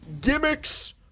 gimmicks